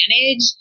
manage